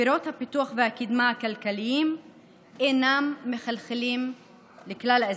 פירות הפיתוח והקדמה הכלכליים אינם מחלחלים לכלל האזרחים.